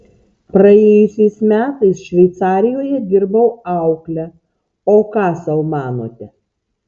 praėjusiais metais šveicarijoje dirbau aukle o ką sau manote